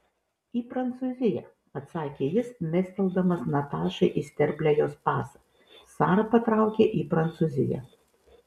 į prancūziją atsakė jis mestelėdamas natašai į sterblę jos pasą sara patraukė į prancūziją